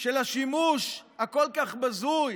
של השימוש הכל-כך בזוי